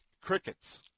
Crickets